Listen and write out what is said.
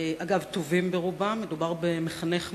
ולמען הסר ספק, טובים: מדובר במחנך מסור,